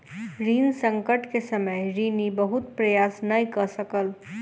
ऋण संकट के समय ऋणी बहुत प्रयास नै कय सकल